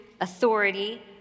authority